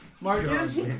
marcus